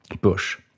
bush